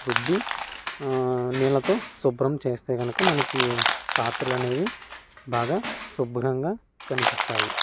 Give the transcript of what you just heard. రుద్ది నీళ్లతో శుభ్రం చేస్తే కనుక మనకి పాత్రలు అనేవి బాగా శుభ్రంగా కనిపిస్తాయి